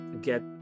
get